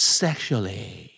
sexually